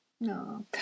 no